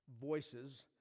voices